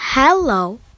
Hello